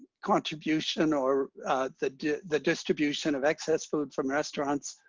contribution, or the the distribution of excess food from restaurants,